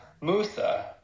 Musa